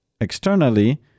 externally